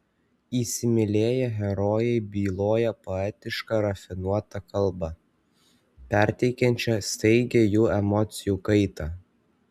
įsimylėję herojai byloja poetiška rafinuota kalba perteikiančia staigią jų emocijų kaitą